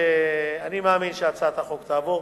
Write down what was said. אני מאמין שהצעת החוק תעבור,